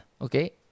okay